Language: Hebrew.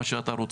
מה שאתה רוצה.